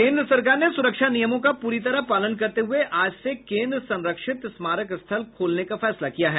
केन्द्र सरकार ने सुरक्षा नियमों का पूरी तरह पालन करते हुए आज से केन्द्र संरक्षित स्मारक स्थल खोलने का फैसला किया है